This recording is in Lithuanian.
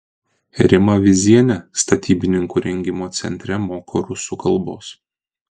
rima vyzienė statybininkų rengimo centre moko rusų kalbos